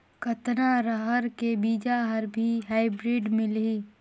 कतना रहर के बीजा हर भी हाईब्रिड मिलही?